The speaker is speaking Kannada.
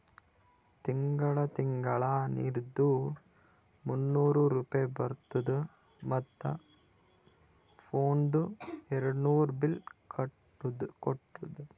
ತಿಂಗಳ ತಿಂಗಳಾ ನೀರ್ದು ಮೂನ್ನೂರ್ ರೂಪೆ ಬರ್ತುದ ಮತ್ತ ಫೋನ್ದು ಏರ್ಡ್ನೂರ್ ಬಿಲ್ ಕಟ್ಟುದ